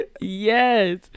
yes